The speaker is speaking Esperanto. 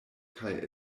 kaj